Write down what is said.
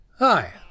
Hi